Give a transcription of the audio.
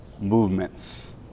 movements